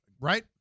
Right